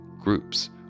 Groups